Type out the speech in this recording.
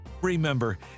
Remember